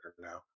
now